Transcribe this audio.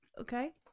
Okay